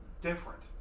different